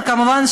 וכמובן,